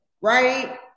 right